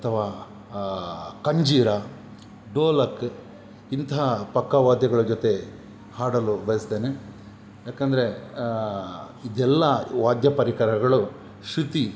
ಅಥವಾ ಕಂಜೀರ ಡೋಲಕ್ ಇಂತಹ ಪಕ್ಕ ವಾದ್ಯಗಳ ಜೊತೆ ಹಾಡಲು ಬಯಸ್ತೇನೆ ಯಾಕೆಂದರೆ ಇದೆಲ್ಲ ವಾದ್ಯ ಪರಿಕರಗಳು ಶೃತಿ